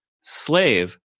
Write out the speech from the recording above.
slave